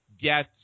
get